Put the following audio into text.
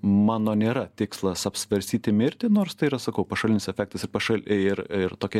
mano nėra tikslas apsvarstyti mirtį nors tai yra sakau pašalinis efektas ir paša ir ir tokia